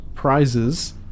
prizes